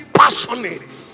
passionate